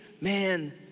man